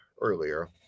earlier